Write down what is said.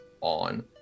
on